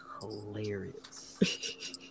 Hilarious